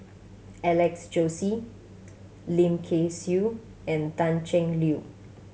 Alex Josey Lim Kay Siu and Pan Cheng Lui